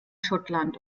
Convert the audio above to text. schottland